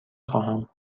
خواهم